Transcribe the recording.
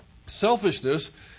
Selfishness